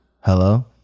Hello